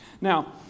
Now